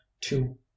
two